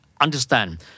understand